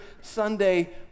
Sunday